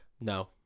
No